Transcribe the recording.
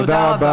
תודה רבה.